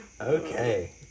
Okay